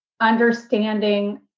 understanding